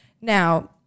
Now